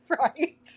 Right